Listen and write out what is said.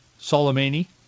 Soleimani